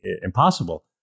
impossible